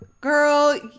Girl